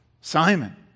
Simon